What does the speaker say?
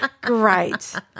great